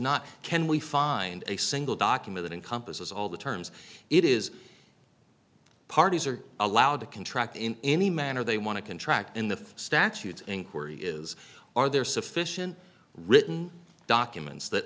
not can we find a single document that encompasses all the terms it is parties are allowed to contract in any manner they want to contract in the statute inquiry is are there sufficient written documents that